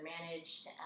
managed